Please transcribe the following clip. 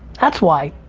that's why,